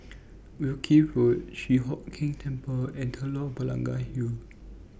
Wilkie Road Chi Hock Keng Temple and Telok Blangah Hill